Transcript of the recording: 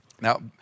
Now